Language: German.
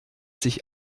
sich